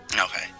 Okay